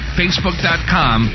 facebook.com